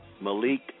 Malik